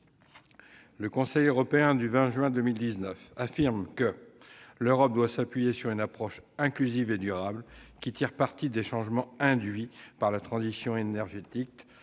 Le Conseil européen du 20 juin 2019 affirme que « l'Europe doit s'appuyer sur une approche inclusive et durable, qui tire parti des changements induits par la transition énergétique